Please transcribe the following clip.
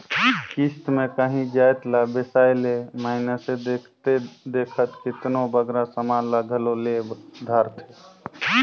किस्त में कांही जाएत ला बेसाए ले मइनसे देखथे देखत केतनों बगरा समान ल घलो ले धारथे